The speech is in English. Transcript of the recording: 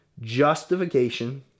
justification